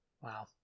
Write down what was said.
wow